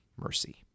mercy